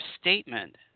statement